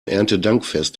erntedankfest